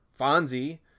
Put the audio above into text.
Fonzie